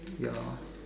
ya lor